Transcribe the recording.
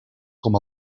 com